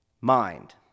mind